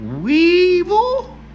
Weevil